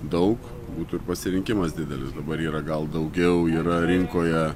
daug būtų ir pasirinkimas didelis dabar yra gal daugiau yra rinkoje